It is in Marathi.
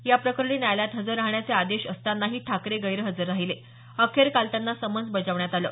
याप्रकरणी न्यायालयात हजर राहण्याचे आदेश असतानाही ठाकरे गैरहजर राहिले अखेर काल त्यांना समन्स बजावण्यात आलं